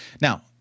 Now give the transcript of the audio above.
Now